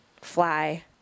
fly